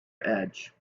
edge